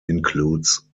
includes